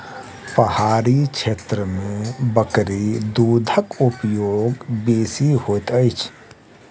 पहाड़ी क्षेत्र में बकरी दूधक उपयोग बेसी होइत अछि